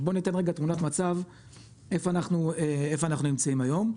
אז בוא ניתן רגע תמונת מצב איפה אנחנו נמצאים היום: